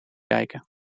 kijken